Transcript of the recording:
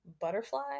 butterfly